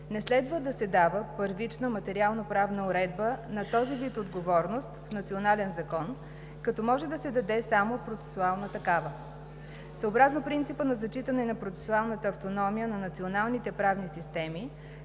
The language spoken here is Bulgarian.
не следва да се дава първична материалноправна уредба на този вид отговорност в национален закон, като може да се даде само процесуална такава. Съобразно принципа на зачитане на процесуалната автономия на националните правни системи